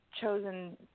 chosen